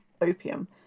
opium